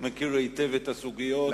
הוא מכיר היטב את הסוגיות,